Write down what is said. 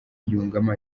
yungamo